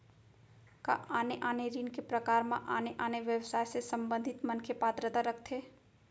का आने आने ऋण के प्रकार म आने आने व्यवसाय से संबंधित मनखे पात्रता रखथे?